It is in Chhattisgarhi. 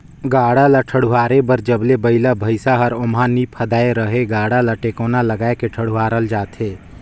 गाड़ा ल ठडुवारे बर जब ले बइला भइसा हर ओमहा नी फदाय रहेए गाड़ा ल टेकोना लगाय के ठडुवारल जाथे